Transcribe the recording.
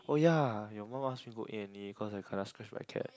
oh yeah your mum ask me go A and E cause I kena scratch by cat